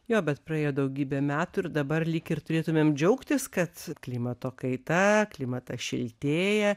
jo bet praėjo daugybė metų ir dabar lyg ir turėtumėm džiaugtis kad klimato kaita klimatas šiltėja